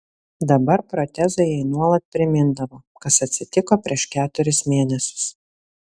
dabar protezai jai nuolat primindavo kas atsitiko prieš keturis mėnesius